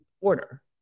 order